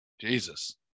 Jesus